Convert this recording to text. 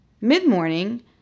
Mid-morning